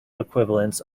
equivalents